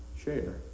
share